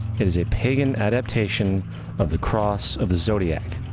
it is a pagan adaptation of the cross of the zodiac.